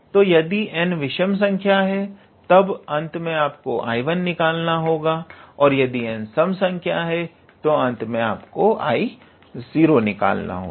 तो यदि n विषम संख्या है तब अंत में आपको 𝐼1 निकालना होगा यदि n सम संख्या है तब अंत में आपको 𝐼0 निकालना होगा